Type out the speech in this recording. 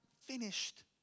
finished